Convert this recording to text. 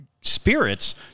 spirits